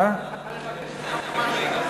אפשר לבקש ממך משהו?